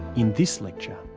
in this lecture,